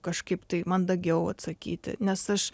kažkaip tai mandagiau atsakyti nes aš